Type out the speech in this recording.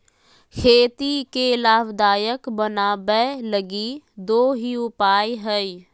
खेती के लाभदायक बनाबैय लगी दो ही उपाय हइ